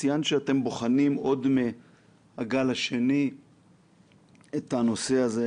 ציינת שאתם בוחנים עוד מהגל השני את הנושא הזה,